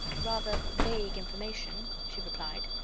rather vague information, she replied.